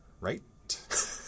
right